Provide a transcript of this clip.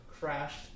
crashed